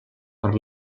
per